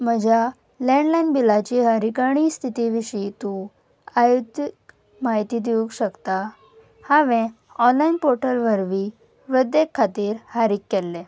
म्हज्या लँडलायन बिलाची फारीकरणी स्थिती विशीं तूं आयोदीक म्हायती दिवूंक शकता हांवें ऑनलायन पोर्टल वरवीं वृद्देक खातीर फारीक केल्लें